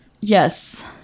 Yes